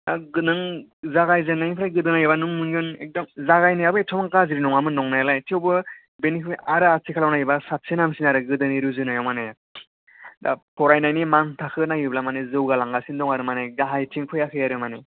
नों जागाय जेननाय निफ्राय नायोबा नुनो मोनगोन जागाय नायाव एथ'बां गाज्रि नङामोन नंनाय आलाय थेवबो बेनिफ्राय आरो आथिखालाव नायोब्ला साबसिन हामसिन आरो गोदोनि रुजुनायाव मोने दा फरायनायनि मान थाखो नायोब्ला जौगालांगासिनो दं आरो माने गाहायथिं फैयाखै आरो माने